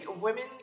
Women